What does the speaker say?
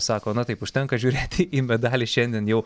sako na taip užtenka žiūrėti į medalį šiandien jau